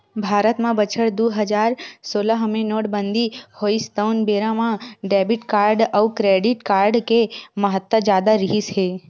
भारत म बछर दू हजार सोलह मे नोटबंदी होइस तउन बेरा म डेबिट कारड अउ क्रेडिट कारड के महत्ता जादा रिहिस हे